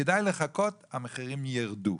כדאי לחכות, המחירים יירדו.